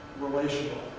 relational.